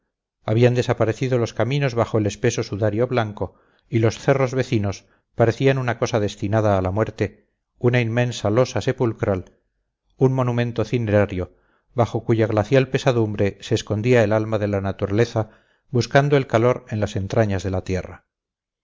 habían desaparecido los caminos bajo el espeso sudario blanco y los cerros vecinos parecían una cosa destinada a la muerte una inmensa losa sepulcral un monumento cinerario bajo cuya glacial pesadumbre se escondía el alma de la naturaleza buscando el calor en las entrañas de la tierra